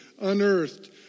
unearthed